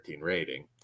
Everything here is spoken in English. rating